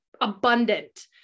abundant